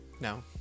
No